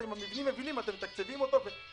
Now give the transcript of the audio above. את חיים ביבס אם אתם מתקצבים את המבנים היבילים,